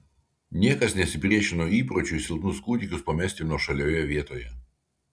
niekas nesipriešino įpročiui silpnus kūdikius pamesti nuošalioje vietoje